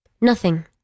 Nothing